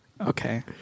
Okay